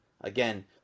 again